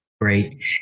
Great